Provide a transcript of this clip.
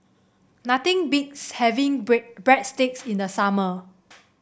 nothing beats having Bread Breadsticks in the summer